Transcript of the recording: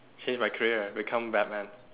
change my career become Batman